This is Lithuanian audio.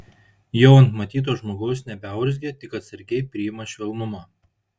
jau ant matyto žmogaus nebeurzgia tik atsargiai priima švelnumą